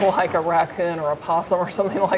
like a raccoon or a possum or something like